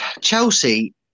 Chelsea